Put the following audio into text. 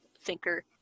thinker